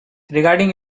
regarding